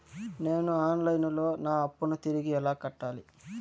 నేను online లో నా అప్పును తిరిగి ఎలా కట్టాలి?